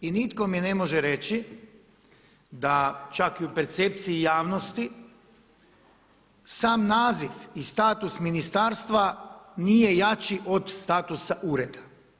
I nitko mi ne može reći da čak i u percepciji javnosti sam naziv i status ministarstva nije jači od statusa ureda.